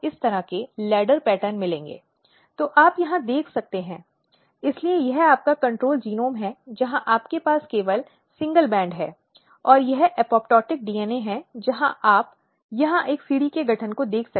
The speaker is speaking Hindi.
न्यायालय को निष्पक्ष स्वतंत्र होना चाहिए और उसे पीड़ित के खिलाफ कोई भी घटिया टिप्पणी नहीं करनी चाहिए